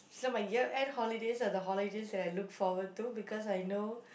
so my year end holidays are the holidays that I look forward to because I know